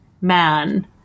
man